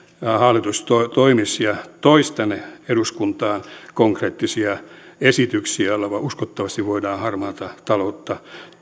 hallitus toimisi ja toisi tänne eduskuntaan konkreettisia esityksiä joilla uskottavasti voidaan harmaata taloutta